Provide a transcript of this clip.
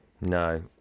No